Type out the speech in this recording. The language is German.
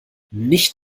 nicht